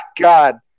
God